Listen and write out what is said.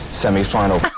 semi-final